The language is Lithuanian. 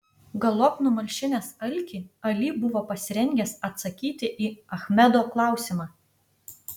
galop numalšinęs alkį ali buvo pasirengęs atsakyti į achmedo klausimą